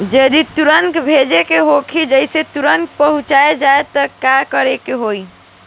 जदि तुरन्त भेजे के होखे जैसे तुरंत पहुँच जाए त का करे के होई?